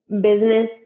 business